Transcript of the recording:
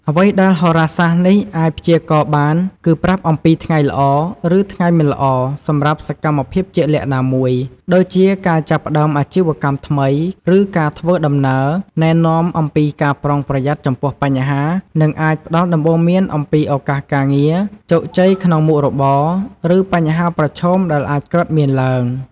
អ្វីដែលហោរាសាស្ត្រនេះអាចព្យាករណ៍បានគឺ ប្រាប់អំពីថ្ងៃល្អ ឬថ្ងៃមិនល្អសម្រាប់សកម្មភាពជាក់លាក់ណាមួយ ដូចជាការចាប់ផ្តើមអាជីវកម្មថ្មី ឬការធ្វើដំណើរ ណែនាំអំពីការប្រុងប្រយ័ត្នចំពោះបញ្ហា និងអាចផ្តល់ដំបូន្មានអំពីឱកាសការងារ ជោគជ័យក្នុងមុខរបរ ឬបញ្ហាប្រឈមដែលអាចកើតមានឡើង។